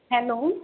hello